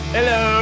Hello